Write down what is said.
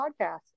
podcast